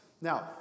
Now